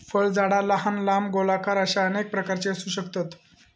फळझाडा लहान, लांब, गोलाकार अश्या अनेक प्रकारची असू शकतत